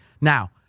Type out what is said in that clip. Now